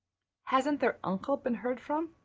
hasn't their uncle been heard from?